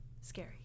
Scary